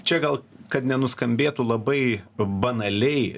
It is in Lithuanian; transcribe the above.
čia gal kad nenuskambėtų labai banaliai